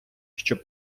щоб